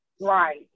Right